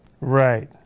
Right